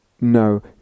No